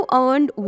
earned